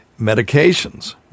Medications